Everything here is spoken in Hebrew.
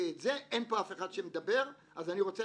כי אין פה אף אחד שמדבר על זה.